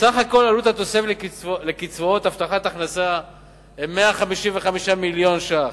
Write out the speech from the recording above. סך כל עלות התוספת לקצבאות הבטחת הכנסה הוא 155 מיליון ש"ח.